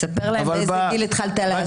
תספר לנו באיזה גיל התחלת לעשן, פינדרוס.